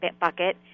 bucket